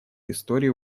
историю